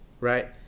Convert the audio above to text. right